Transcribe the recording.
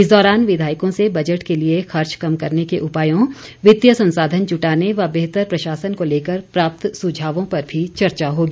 इस दौरान विधायकों से बजट के लिए खर्च कम करने के उपायों वित्तीय संसाधन जुटाने व बेहतर प्रशासन को लेकर प्राप्त सुझावों पर भी चर्चा होगी